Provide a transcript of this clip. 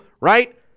right